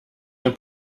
ein